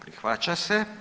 Prihvaća se.